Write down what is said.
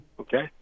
Okay